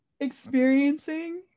experiencing